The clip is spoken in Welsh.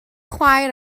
chwaer